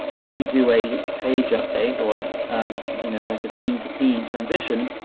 when you do a page update, or you know like a scene to scene transition,